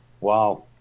Wow